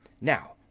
Now